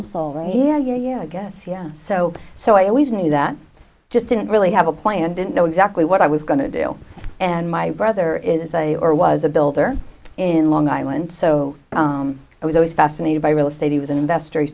here yeah i guess yeah so so i always knew that i just didn't really have a plan and didn't know exactly what i was going to do and my brother is a or was a builder in long island so i was always fascinated by real estate he was an investor he